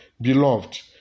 Beloved